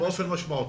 באופן חד משמעי.